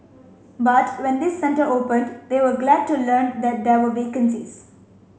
but when this centre opened they were glad to learn that there were vacancies